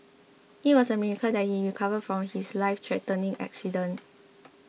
it was a miracle that he recovered from his lifethreatening accident